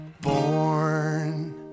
born